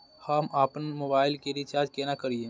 हम आपन मोबाइल के रिचार्ज केना करिए?